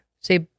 Say